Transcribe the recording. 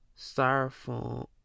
styrofoam